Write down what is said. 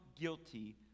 guilty